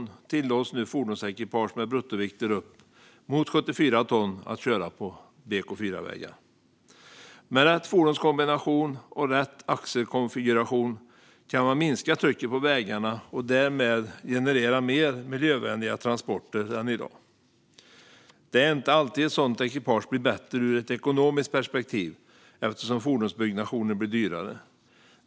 Nu tillåts fordonsekipage med bruttovikter upp mot 74 ton att köra på BK4-vägar. Med rätt fordonskombination och rätt axelkonfiguration kan man minska trycket på vägarna och därmed generera mer miljövänliga transporter än i dag. Det är inte alltid ett sådant ekipage blir bättre ur ett ekonomiskt perspektiv, eftersom fordonsbyggnationen blir dyrare.